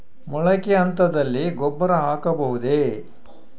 ಮೊಳಕೆ ಹಂತದಲ್ಲಿ ಗೊಬ್ಬರ ಹಾಕಬಹುದೇ?